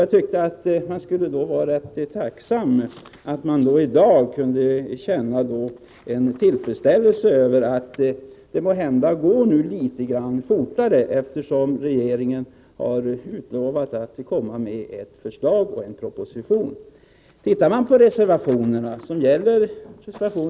Jag tyckte därför att man i dag kunde vara tacksam och känna en tillfredsställelse över att det nu måhända kommer att gå litet fortare, eftersom regeringen har utlovat att lägga fram förslag i en proposition. Det är ju också vad reservationerna 9 och 10 faktiskt går ut på.